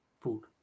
food